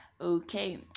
okay